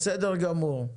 אני מדברת